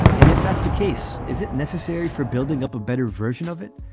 and if that's the case, is it necessary for building up a better version of it?